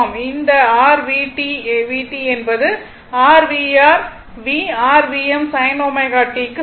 இந்த r vt vt என்பது r v r v r Vm sin ω t க்கு சமம்